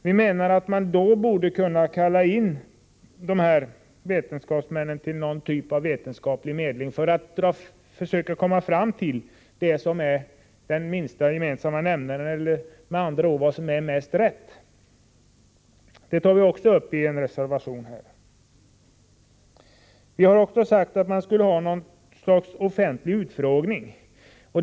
Vi menar att man då borde kunna kalla in dessa vetenskapsmän till någon typ av vetenskaplig medling, för att försöka komma fram till det som är den minsta gemensamma nämnaren eller vad som är mest rätt. Det tar vi också upp i en reservation. Vi har också sagt att vi skall ha någon sorts offentliga utfrågningar.